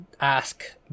ask